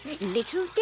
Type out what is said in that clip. little